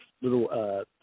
little –